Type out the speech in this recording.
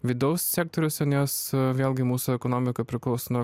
vidaus sektoriuose nes vėlgi mūsų ekonomika priklauso nuo